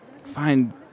find